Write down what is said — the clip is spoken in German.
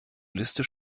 liste